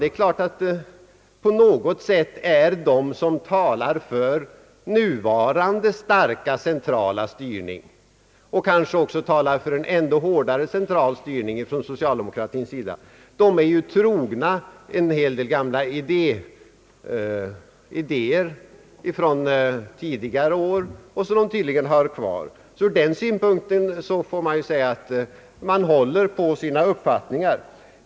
Det är klart att på visst sätt är de socialdemokrater som talar för nuvarande starka centrala styrning och kanske också för en ännu hårdare central styrning trogna en hel del gamla idéer från tidigare år, som de tydligen har kvar. Ur den synpunkten kan man säga att de håller på sina uppfattningar.